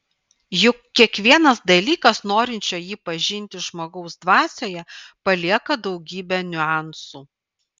juk kiekvienas dalykas norinčio jį pažinti žmogaus dvasioje palieka daugybę niuansų